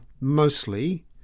mostly